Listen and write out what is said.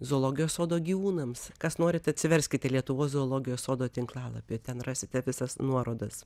zoologijos sodo gyvūnams kas norit atsiverskite lietuvos zoologijos sodo tinklalapį ten rasite visas nuorodas